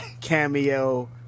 cameo